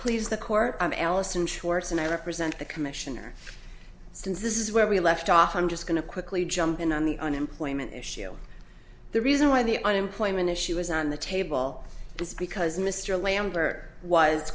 please the court i'm allison schwartz and i represent the commissioner since this is where we left off i'm just going to quickly jump in on the unemployment issue the reason why the unemployment issue is on the table is because mr lambert was